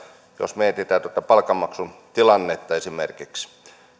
jos mietitään esimerkiksi tuota palkanmaksun tilannetta